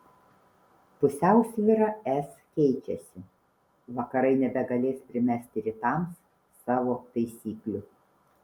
pusiausvyra es keičiasi vakarai nebegalės primesti rytams savo taisyklių